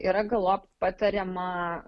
yra galop patariama